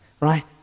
right